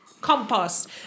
compost